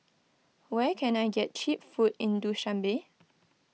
where can I get Cheap Food in Dushanbe